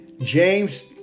James